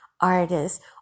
artists